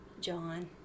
John